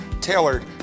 tailored